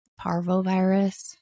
parvovirus